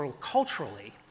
culturally